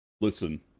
listen